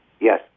yes